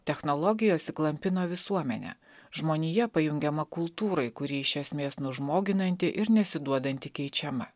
technologijos įklampino visuomenę žmonija pajungiama kultūrai kuri iš esmės nužmoginanti ir nesiduodanti keičiama